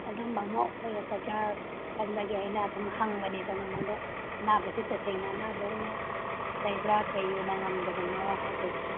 ꯑꯗꯨꯝꯕ ꯑꯃ ꯑꯣꯏꯔꯛꯀꯗ꯭ꯔꯥ ꯈꯟꯕꯒꯤ ꯑꯩꯅ ꯑꯗꯨꯝ ꯍꯪꯕꯅꯤꯗ ꯅꯉꯣꯟꯗ ꯑꯅꯥꯕꯁꯦ ꯇꯁꯦꯡꯅ ꯑꯅꯥꯕ ꯑꯣꯏꯅ ꯂꯩꯕ꯭ꯔꯥ ꯀꯩ ꯑꯣꯏꯅ ꯉꯝꯗꯕꯅꯣ ꯍꯥꯏꯕꯁꯦ